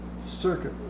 circuit